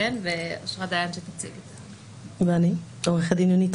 ואני יודע שאתם עושים עבודה לגבות חובות למדינה.